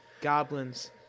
goblins